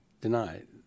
denied